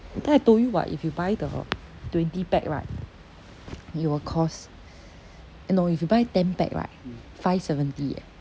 then I told you [what] if you buy the twenty pack right it will cost eh no if you buy ten pack right five seventy eh